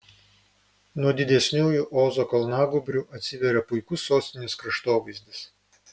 nuo didesniųjų ozo kalnagūbrių atsiveria puikus sostinės kraštovaizdis